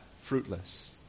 fruitless